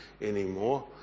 anymore